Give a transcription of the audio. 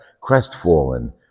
crestfallen